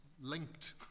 linked